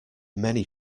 many